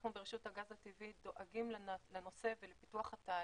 אנחנו ברשות הגז הטבעי דואגים לנושא ולפיתוח התהליך.